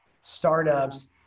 startups